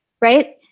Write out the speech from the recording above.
Right